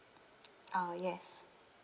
oh yes